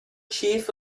chief